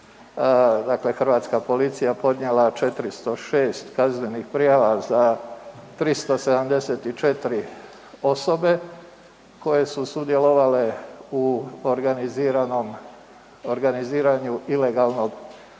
hrvatska policija podnijela 406 kaznenih prijava za 374 osobe koje su sudjelovale u organiziranju ilegalnog ulaska